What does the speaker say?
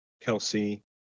kelsey